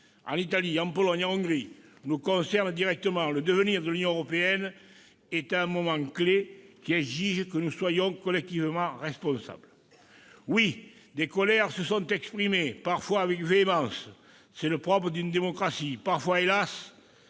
en Italie, en Pologne, en Hongrie nous concerne directement. Le devenir de l'Union européenne en est à un moment clé, qui exige que nous soyons collectivement responsables. Oui, des colères se sont exprimées, parfois avec véhémence. C'est le propre d'une démocratie ! Parfois aussi,